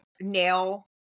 Nail